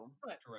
correct